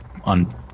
on